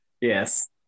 Yes